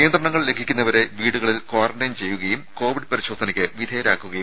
നിയന്ത്രണങ്ങൾ ലംഘിക്കുന്നവരെ വീടുകളിൽ ക്വാറന്റൈൻ ചെയ്യുകയും കോവിഡ് പരിശോധനയ്ക്ക് വിധേയരാക്കുകയും ചെയ്യും